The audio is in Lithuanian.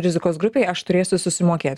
rizikos grupėj aš turėsiu susimokėt